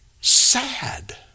sad